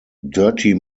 dirty